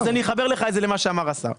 אז אני אחבר לך את זה למה שאמר השר.